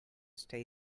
stay